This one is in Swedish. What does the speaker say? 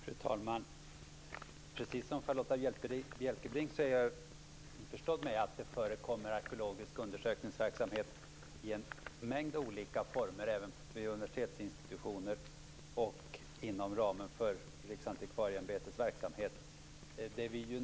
Fru talman! Precis som Charlotta Bjälkebring är jag införstådd med att det förekommer arkeologisk undersökningsverksamhet i en mängd olika former även vid universitetsinstitutioner och inom ramen för Riksantikvarieämbetets verksamhet.